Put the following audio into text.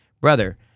Brother